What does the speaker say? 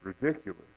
ridiculous